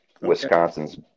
Wisconsin's –